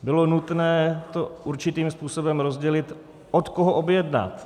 Bylo nutné určitým způsobem rozdělit, od koho objednat.